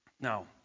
Now